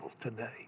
today